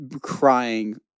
crying